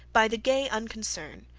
by the gay unconcern,